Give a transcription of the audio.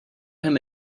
him